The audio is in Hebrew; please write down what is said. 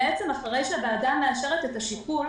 בעצם אחרי שהוועדה מאשרת את השיקול,